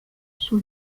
sur